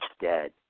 dead